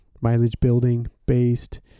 mileage-building-based